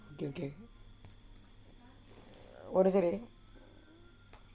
okay okay ஒரு:oru second